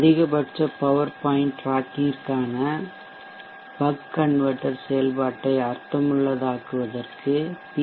அதிகபட்ச power point டிராக்கிங்கிற்கான buck converter செயல்பாட்டை அர்த்தமுள்ளதாக்குவதற்கு பி